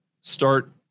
start